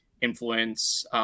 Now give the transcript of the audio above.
influence